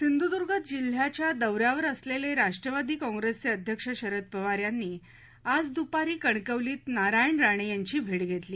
सिंधुद्र्ग जिल्ह्याच्या दौऱ्यावर असलेले राष्ट्रवादी काँग्रेसचे अध्यक्ष शरद पवार यांनी आज दूपारी कणकवलीत नारायण राणे यांची भेट घेतली